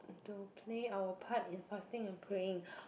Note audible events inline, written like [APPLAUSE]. to play our part in fasting and praying [BREATH]